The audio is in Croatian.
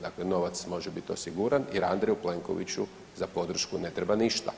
Dakle, novac može biti osiguran jer Andreju Plenkoviću za podršku ne treba ništa.